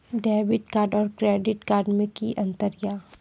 Debit card और credit card मे कि अंतर या?